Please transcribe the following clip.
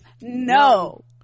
No